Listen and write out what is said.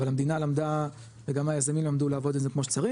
אבל המדינה למדה וגם היזמים למדו לעבוד את זה כמו שצריך,